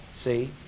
See